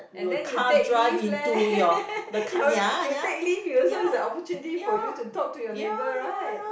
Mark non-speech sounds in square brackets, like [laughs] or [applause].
and then you take lift leh [laughs] your you take lift you also is a opportunity for you to talk to your neighbour right